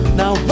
now